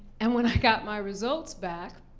and when i got my results back,